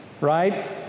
Right